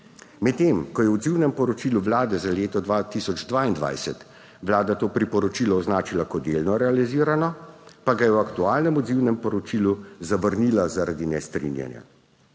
Medtem ko je v odzivnem poročilu Vlade za leto 2022 Vlada to priporočilo označila kot delno realizirano, pa ga je v aktualnem odzivnem poročilu zavrnila zaradi nestrinjanja.